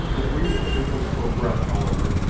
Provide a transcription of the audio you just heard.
the brief intervals for breath, however,